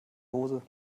hose